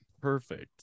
perfect